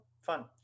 Fun